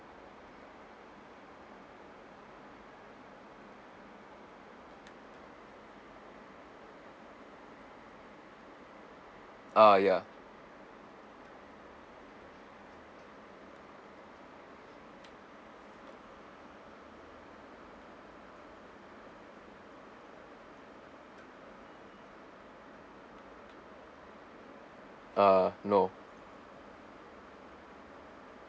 ah ya ah no